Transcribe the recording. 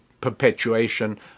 perpetuation